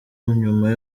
nyuma